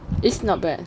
it's not bad